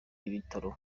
ibitaro